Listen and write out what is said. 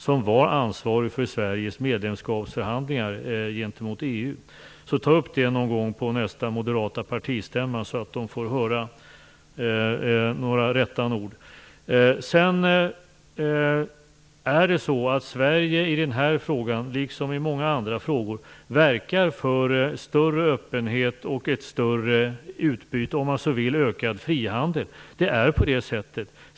Den var ansvarig för Sveriges medlemskapsförhandlingar gentemot EU. Tag upp detta på nästa moderata partistämma, och låt deltagarna där få höra några ord i rättan tid. Sverige verkar i den här frågan, liksom i många andra frågor, för en större öppenhet och ett större utbyte och om man så vill, ökad frihandel.